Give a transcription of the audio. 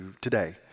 today